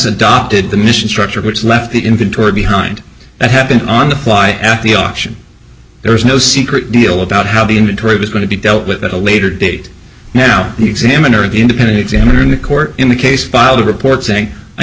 adopted the mission structure which left the inventory behind that happened on the fly at the auction there was no secret deal about how the inventory was going to be dealt with at a later date now the examiner an independent examiner in the court in the case filed a report saying i